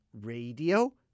Radio